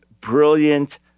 brilliant